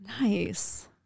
Nice